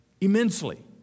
immensely